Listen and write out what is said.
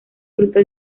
fruto